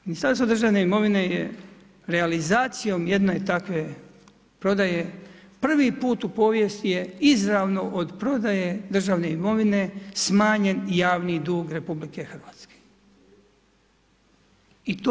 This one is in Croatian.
Ministarstvo državne imovine je realizacijom jedne takve prodaje prvi put u povijesti je izravno od prodaje državne imovine smanjen javni dug Republike Hrvatske.